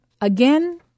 Again